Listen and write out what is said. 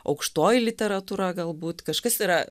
aukštoji literatūra galbūt kažkas yra